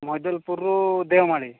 ମଇଦାନପୁରରୁ Deomali